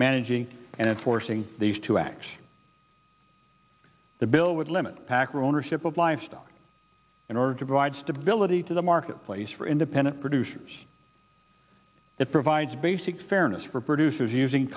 managing and forcing these to act the bill would limit packer ownership of livestock in order to provide stability to the marketplace for independent producers that provides basic fairness for producers using